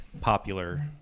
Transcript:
popular